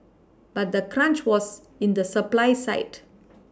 but the crunch was in the supply side